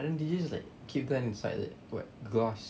and then they just like keep there inside what glass